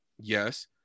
yes